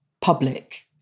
public